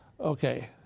Okay